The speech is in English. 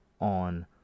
on